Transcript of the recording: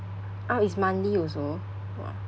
ah it's monthly also !wah!